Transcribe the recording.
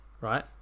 right